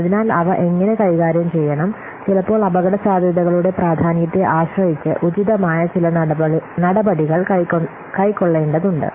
അതിനാൽ അവ എങ്ങനെ കൈകാര്യം ചെയ്യണം ചിലപ്പോൾ അപകടസാധ്യതകളുടെ പ്രാധാന്യത്തെ ആശ്രയിച്ച് ഉചിതമായ ചില നടപടികൾ കൈക്കൊള്ളേണ്ടതുണ്ട്